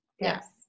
Yes